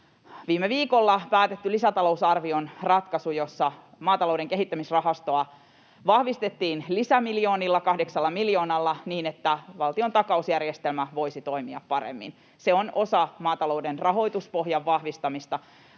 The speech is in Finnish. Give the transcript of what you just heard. viime viikolla päätetty lisätalousarvion ratkaisu, jossa maatalouden kehittämisrahastoa vahvistettiin lisämiljoonilla, kahdeksalla miljoonalla, niin että valtiontakausjärjestelmä voisi toimia paremmin. Se on osa maatalouden rahoituspohjan vahvistamista,